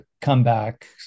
comeback